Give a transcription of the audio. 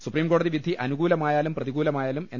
സുപ്രീംകോടതി വിധി അനുകൂലമായാലും പ്രതികൂലമായാലും എൻ